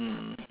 mm